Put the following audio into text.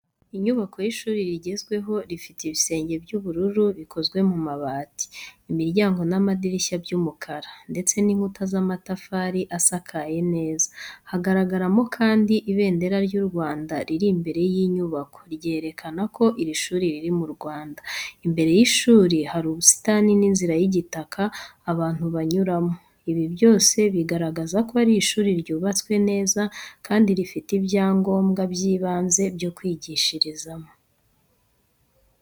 Inyubako y’ishuri rigezweho rifite ibisenge by’ubururu bikozwe mu mabati, imiryango n’amadirishya by’umukara, ndetse n’inkuta z’amatafari asakaye neza. Hagaragaramo kandi ibendera ry’u Rwanda riri imbere y’inyubako, ryerekana ko iri shuri riri mu Rwanda. Imbere y’ishuri hari ubusitani n’inzira y’igitaka abantu banyuramo. Ibi byose bigaragaza ko ari ishuri ryubatswe neza kandi rifite ibyangombwa by’ibanze byo kwigishirizamo.